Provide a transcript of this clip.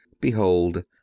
Behold